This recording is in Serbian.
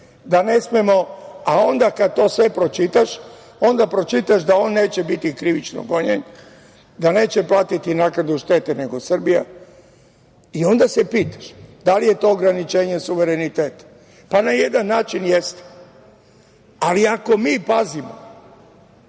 da ne smemo…A, onda, kad to sve pročitaš, onda pročitaš da on neće biti krivično gonjen, da neće platiti naknadu štete nego Srbija i onda se pitaš da li je to ograničenje suvereniteta. Na jedan način jeste. Ali, ako mi pazimo